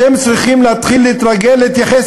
אתם צריכים להתחיל להתרגל להתייחס